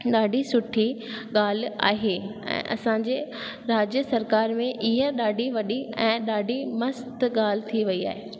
ॾाढी सुठी ॻाल्हि आहे ऐं असांजे राज्य सरकार में इहा ॾाढी वॾी ऐं ॾाढी मस्तु ॻाल्हि थी वई आहे